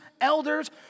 elders